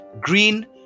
green